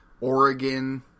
Oregon